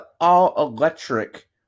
all-electric